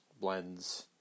blends